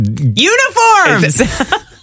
Uniforms